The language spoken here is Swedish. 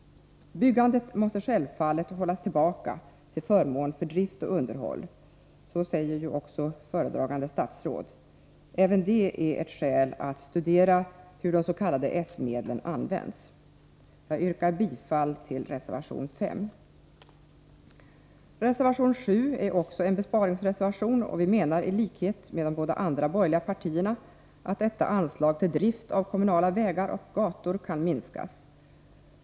Byggandet måste sjävfallet hållas tillbaka till förmån för drift och underhåll. Det säger ju också föredragande statsrådet. Även det är ett skäl för att studera hur de s.k. s-medlen används. Reservation 7 är också en besparingsreservation. Vi menar, i likhet med de båda andra borgerliga partierna, att anslaget Bidrag till drift av kommunala vägar och gator kan minskas.